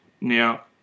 Now